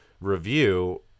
review